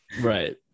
right